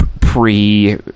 pre